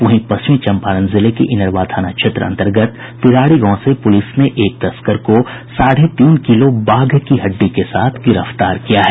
वहीं पश्चिमी चम्पारण जिले के इनरवा थाना क्षेत्र अन्तर्गत पिड़ारी गांव से पुलिस ने एक तस्कर को साढ़े तीन किलो बाघ की हड्डी के साथ गिरफ्तार किया है